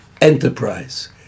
enterprise